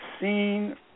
seen